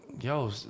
yo